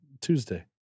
Tuesday